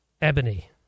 Ebony